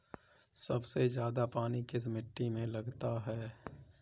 सबसे ज्यादा पानी किस मिट्टी में लगता है?